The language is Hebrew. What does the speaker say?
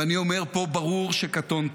ואני אומר פה: ברור שקטונתי,